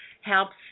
helps